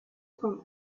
from